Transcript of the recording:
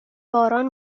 باران